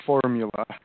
formula